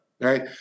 right